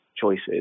choices